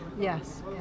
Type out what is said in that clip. Yes